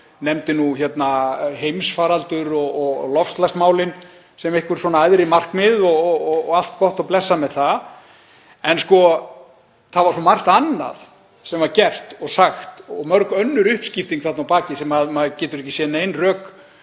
nefndi heimsfaraldur og loftslagsmálin sem æðri markmið og allt gott og blessað með það. En það var svo margt annað sem var gert og sagt og mörg önnur uppskipting þarna að baki sem maður getur ekki séð nein rök